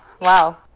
Wow